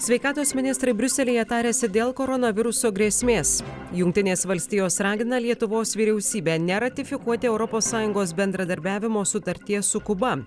sveikatos ministrai briuselyje tariasi dėl koronaviruso grėsmės jungtinės valstijos ragina lietuvos vyriausybę neratifikuoti europos sąjungos bendradarbiavimo sutarties su kuba